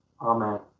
Amen